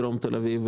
בדרום תל אביב,